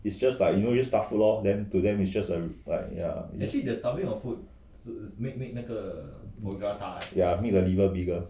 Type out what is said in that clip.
it's just like you know you just stuff food lor then to them is just a like yeah ya make the liver bigger